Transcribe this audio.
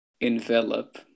Envelop